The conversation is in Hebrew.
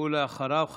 ואחריו,